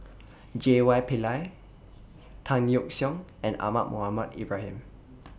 J Y Pillay Tan Yeok Seong and Ahmad Mohamed Ibrahim